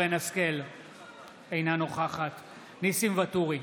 אינה נוכחת ניסים ואטורי,